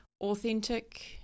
authentic